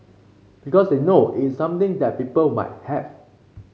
because they know it's something that people might have